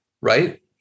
right